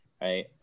right